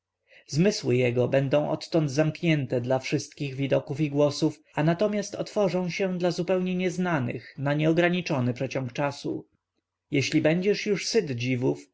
zmysły jego będą odtąd zamknięte dla zwykłych widoków i głosów a natomiast otworzą się dla zupełnie nieznanych na nieograniczony przeciąg czasu jeśli będziesz już syt dziwów